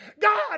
God